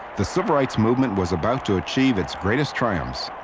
the civil rights movement was about to achieve its greatest triumphs.